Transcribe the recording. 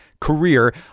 career